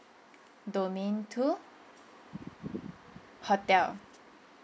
domain two hotel